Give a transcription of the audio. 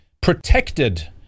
protected